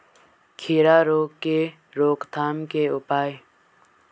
खीरा रोग के रोकथाम के उपाय?